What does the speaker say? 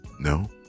No